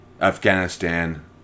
Afghanistan